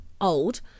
old